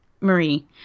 Marie